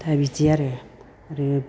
दा बिदि आरो आरो